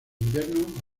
invierno